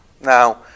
Now